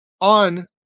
on